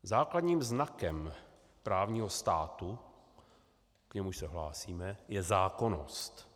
Základním znakem právního státu, k němuž se hlásíme, je zákonnost.